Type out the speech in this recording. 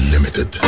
Limited